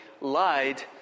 lied